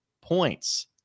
points